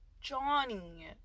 Johnny